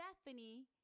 Stephanie